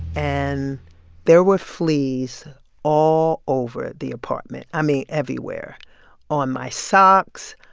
and there were fleas all over the apartment. i mean, everywhere on my socks.